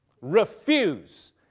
Refuse